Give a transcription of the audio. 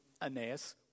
Aeneas